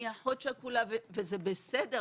אני אחות שכולה" וזה בסדר,